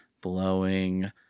Blowing